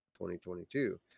2022